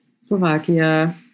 Slovakia